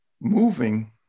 moving